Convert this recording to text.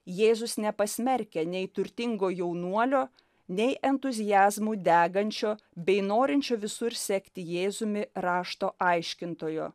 jėzus nepasmerkia nei turtingo jaunuolio nei entuziazmu degančio bei norinčio visur sekti jėzumi rašto aiškintojo